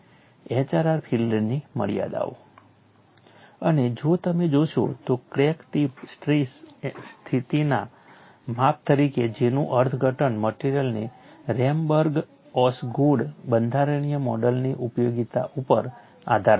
HRR ફીલ્ડની મર્યાદાઓ અને જો તમે જોશો તો ક્રેક ટિપ સ્ટ્રેસ સ્થિતિના માપ તરીકે J નું અર્થઘટન મટેરીઅલને રેમબર્ગ ઓસગુડ બંધારણીય મોડેલની ઉપયોગિતા ઉપર આધાર રાખે છે